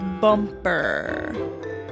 bumper